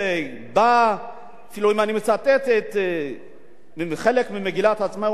אם אני מצטט חלק ממגילת העצמאות: תקיים שוויון